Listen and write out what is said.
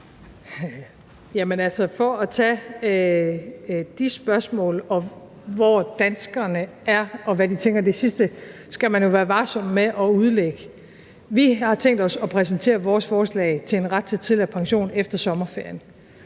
forhold til spørgsmålene om, hvor danskerne er, og hvad de tænker om det sidste, så skal man jo være varsom med at udlægge det. Vi har tænkt os at præsentere vores forslag om en ret til tidligere pension efter sommerferien.